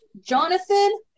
Jonathan